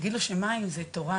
תגיד לו שמים זו תורה,